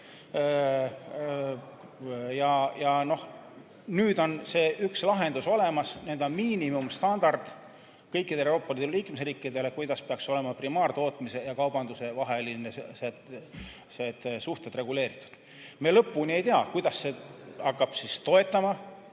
Nüüd on üks lahendus olemas. See on miinimumstandard kõikidele Euroopa Liidu liikmesriikidele, kuidas peaks olema primaartootmise ja kaubanduse vahelised suhted reguleeritud. Me lõpuni ei tea, kuidas see hakkab seda toetama,